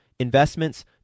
investments